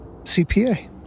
CPA